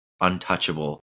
untouchable